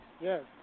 Yes